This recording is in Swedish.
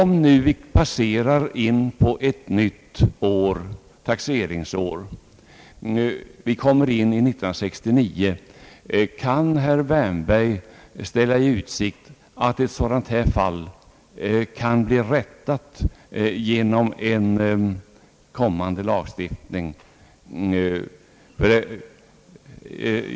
Men om vi nu passerar årsskiftet och kommer in på ett nytt taxeringsår, nämligen år 1969, vill jag fråga herr Wärnberg: Kan herr Wärnberg ställa i utsikt att det i ett sådant här fall kan ske en rättelse genom en kommande lagstiftning?